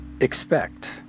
Expect